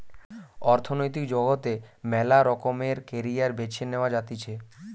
অর্থনৈতিক জগতে মেলা রকমের ক্যারিয়ার বেছে নেওয়া যাতিছে